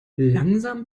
langsam